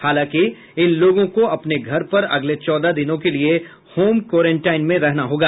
हालांकि उन लोगों को अपने घर पर अगले चौदह दिनों के लिए होम क्वारेंटाइन में रहना होगा